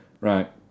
Right